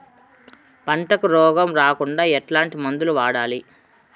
పంటకు రోగం రాకుండా ఎట్లాంటి మందులు వాడాలి?